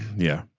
yeah.